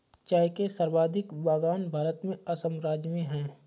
चाय के सर्वाधिक बगान भारत में असम राज्य में है